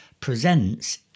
presents